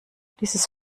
dieses